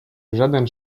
żaden